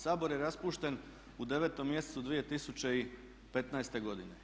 Sabor je raspušten u 9. mjesecu 2015. godine.